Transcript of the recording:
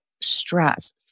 stress